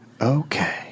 Okay